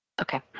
Okay